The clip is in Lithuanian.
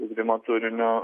ugdymo turiniu